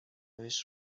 روش